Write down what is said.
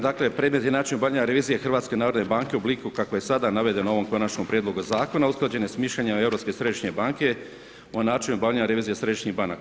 Dakle, predmet i način obavljanja revizije HNB-a u obliku kako je sada navedeno u ovom konačnom prijedlogu zakona, usklađen je s mišljenjima Europske središnje banke o načinu obavljanja revizije središnjih banaka.